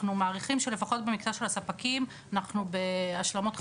ואנחנו מעריכים שלפחות במקרה של הספקים אנחנו בהשלמות חקירה,